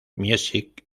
music